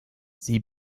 sie